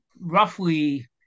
roughly